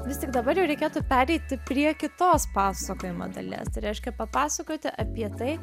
vis tik dabar jau reikėtų pereiti prie kitos pasakojimo dalies tai reiškia papasakoti apie tai